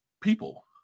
people